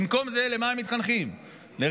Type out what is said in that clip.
במקום זה הם מתחנכים לרשע,